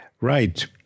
right